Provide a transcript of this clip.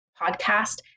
podcast